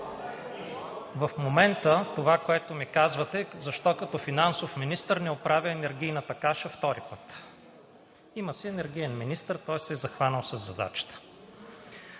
В момента това, което ми казвате: защо като финансов министър не оправя енергийната каша втори път? Има си енергиен министър – той се е захванал със задачата.